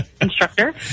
instructor